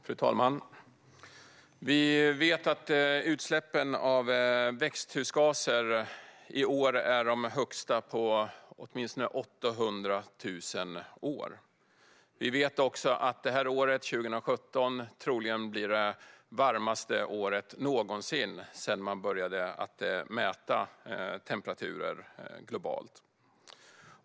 Fru talman! Vi vet att utsläppen av växthusgaser i år är de högsta på åtminstone 800 000 år. Vi vet också att året 2017 troligen blir det varmaste året någonsin sedan man började mäta temperaturer globalt.